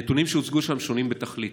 הנתונים שהוצגו שם שונים בתכלית,